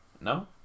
no